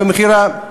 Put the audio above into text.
ומכירה.